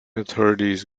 authorities